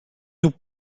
nhw